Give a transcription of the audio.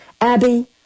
Abby